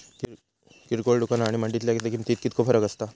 किरकोळ दुकाना आणि मंडळीतल्या किमतीत कितको फरक असता?